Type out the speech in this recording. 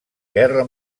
guerra